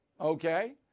okay